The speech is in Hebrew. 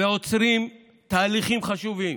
ועוצרים תהליכים חשובים,